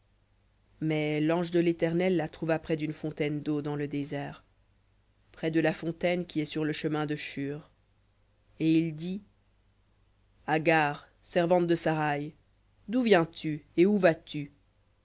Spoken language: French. mais l'ange de l'éternel la trouva près d'une fontaine d'eau dans le désert près de la fontaine qui est sur le chemin de shur et il dit agar servante de saraï d'où viens-tu et où vas-tu